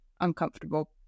uncomfortable